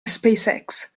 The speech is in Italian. spacex